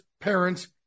parents